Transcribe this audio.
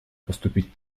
поступить